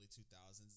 2000s